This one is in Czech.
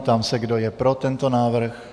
Ptám se, kdo je pro tento návrh.